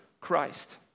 Christ